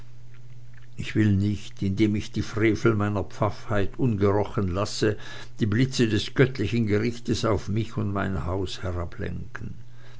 ich will nicht indem ich die frevel meiner pfaffheit ungerochen lasse die blitze des göttlichen gerichtes auf mich und mein haus